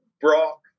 Brock